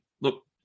look